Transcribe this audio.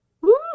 Woo